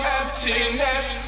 emptiness